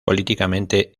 políticamente